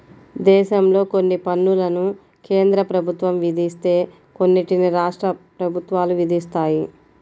దేశంలో కొన్ని పన్నులను కేంద్ర ప్రభుత్వం విధిస్తే కొన్నిటిని రాష్ట్ర ప్రభుత్వాలు విధిస్తాయి